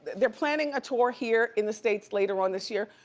they're planning a tour here in the states later on this year.